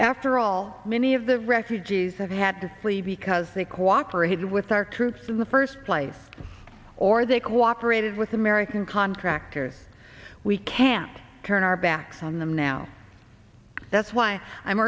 after all many of the refugees have had to flee because they cooperated with our troops in the first place or they cooperated with american contractors we can't turn our backs on them now that's why i'm